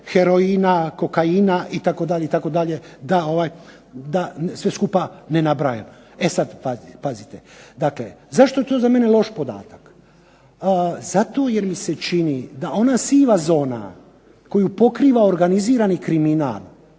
heroina, kokaina itd. da sve skupa ne nabraja. E sada pazite. Zašto je to za mene loš podatak? Zato jer mi se čini da ona siva zona koju pokriva organizirani kriminal